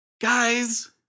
Guys